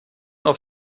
auf